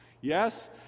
Yes